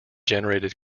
generated